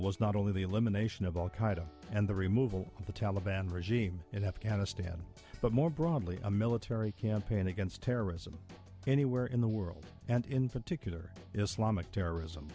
is not only the elimination of al qaeda and the removal of the taliban regime in afghanistan but more broadly a military campaign against terrorism anywhere in the world and in particular islamic terrorism